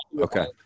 Okay